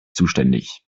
zuständig